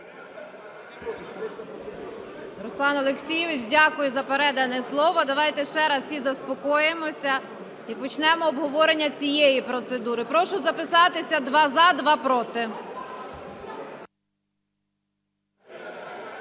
Руслане Олексійовичу, дякую за передане слово. Давайте ще раз всі заспокоїмося і почнемо обговорення цієї процедури. Прошу записатися: два – за, два, проти.